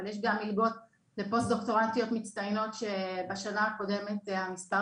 אבל יש גם מלגות לפוסט דוקטורנטיות מצטיינות שבשנה הקודמת מספר